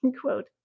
Quote